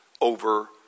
over